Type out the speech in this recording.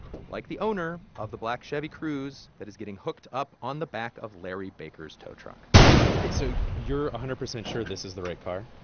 like the owner of the black chevy cruze that is getting hooked up on the back of larry baker's tow truck so you're one hundred percent sure this is the right car?